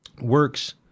works